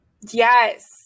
Yes